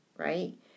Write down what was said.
right